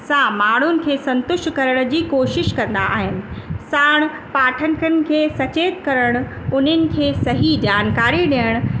सां माण्हुनि खे संतुष्ट करण जी कोशिश कंदा आहिनि साण पाठकनि खे सचेत करणु उन्हनि खे सही जानकारी ॾियणु